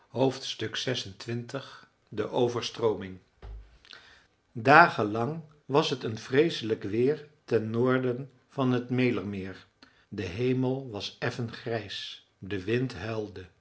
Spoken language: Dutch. xxvi de overstrooming dagen lang was het een vreeselijk weer ten noorden van t mälermeer de hemel was effen grijs de wind huilde